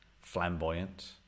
flamboyant